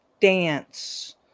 dance